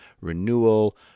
renewal